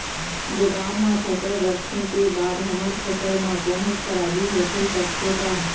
गोदाम मा फसल रखें के बाद हमर फसल मा कोन्हों खराबी होथे सकथे का?